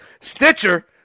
Stitcher